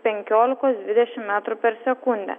penkiolikos dvidešim metrų per sekundę